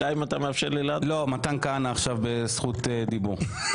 מתן כהנא עכשיו בזכות דיבור.